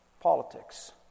politics